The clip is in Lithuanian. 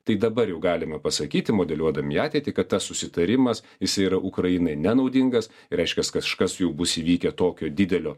tai dabar jau galime pasakyti modeliuodami ateitį kad tas susitarimas jis yra ukrainai nenaudingas reiškias kažkas jau bus įvykę tokio didelio